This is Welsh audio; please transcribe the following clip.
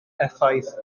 effaith